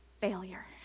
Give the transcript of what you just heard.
failure